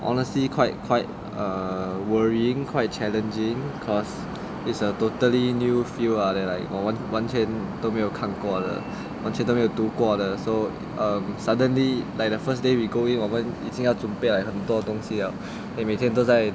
honestly quite quite err worrying quite challenging because it's a totally new field ah then like 我我完全都没有看过的完全都没有读过的 so um suddenly like the first day we go in 我们已经要准备很多东西 liao then 每天都在